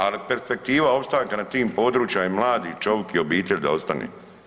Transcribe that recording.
Ali perspektiva opstanka na tim područjima je i mladi i čovik i obitelj da ostane.